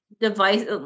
device